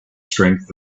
strength